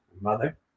Mother